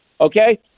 Okay